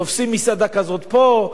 תופסים מסעדה כזאת פה,